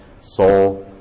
soul